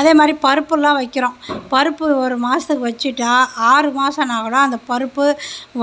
அதே மாதிரி பருப்புலாம் வைக்கிறோம் பருப்பு ஒரு மாதத்துக்கு வச்சுவிட்டா ஆறு மாதம் ஆனால் கூட அந்த பருப்பு